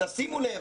תשימו לב,